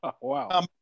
Wow